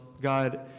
God